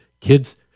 Kids